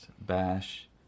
Bash